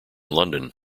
london